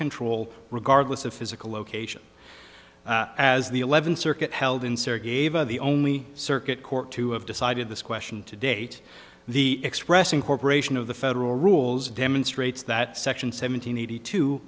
control regardless of physical location as the eleventh circuit held in syria gave the only circuit court to have decided this question to date the expressing corporation of the federal rules demonstrates that section seven hundred eighty two